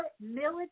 military